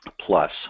plus